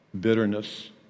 bitterness